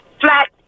flat